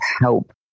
help